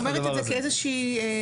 אני אומרת את זה כאיזושהי הסתייגות.